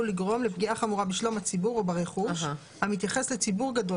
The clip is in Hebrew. לגרום לפגיעה חמורה בשלום הציבור או ברכוש המתייחס לציבור גדול